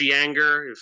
anger